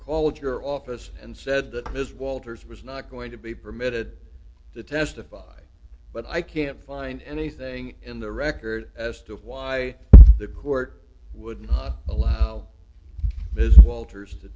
called your office and said that ms walters was not going to be permitted to testify but i can't find anything in the record as to why the court would not allow business walters to